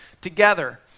together